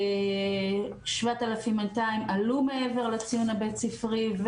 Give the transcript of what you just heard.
7,200 עלו מעבר לציון הבית-ספרי.